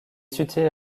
située